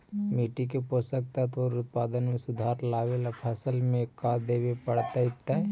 मिट्टी के पोषक तत्त्व और उत्पादन में सुधार लावे ला फसल में का देबे पड़तै तै?